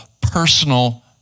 personal